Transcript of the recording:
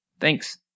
Thanks